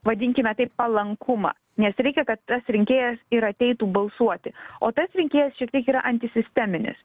vadinkime taip palankumą nes reikia kad tas rinkėjas ir ateitų balsuoti o tas rinkėjas šiek tiek yra antisisteminis